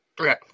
Okay